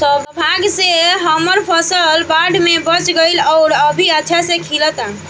सौभाग्य से हमर फसल बाढ़ में बच गइल आउर अभी अच्छा से खिलता